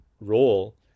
role